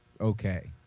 okay